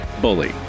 Bully